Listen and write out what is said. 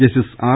justice R